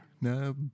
No